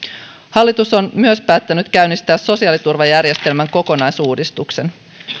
hallitus on myös päättänyt käynnistää sosiaaliturvajärjestelmän kokonaisuudistuksen